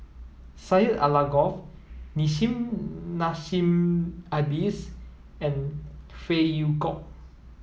Syed Alsagoff Nissim Nassim Adis and Phey Yew Kok